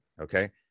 Okay